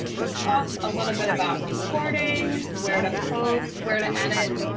we talked a little bit about recording where to post where to edit.